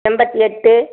எண்பத்தி எட்டு